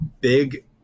big